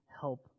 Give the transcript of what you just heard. help